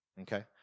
Okay